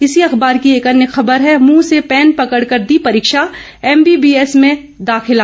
इसी अखबार की एक अन्य खबर है मुंह से पैन पकड़कर दी परीक्षा एमबीबीएस में दाखिला